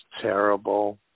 terrible